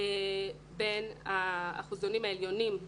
בין האחוזונים העליונים,